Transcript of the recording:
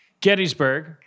Gettysburg